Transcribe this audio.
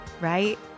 Right